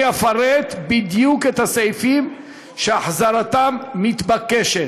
אני אפרט בדיוק את הסעיפים שהחזרתם מתבקשת.